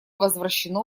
возвращено